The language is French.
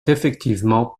effectivement